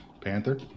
Panther